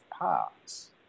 parts